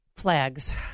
flags